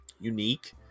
unique